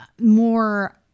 more